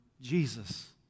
Jesus